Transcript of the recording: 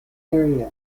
area